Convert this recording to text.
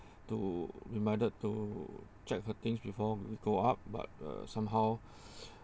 to reminded to check her things before we go up but uh somehow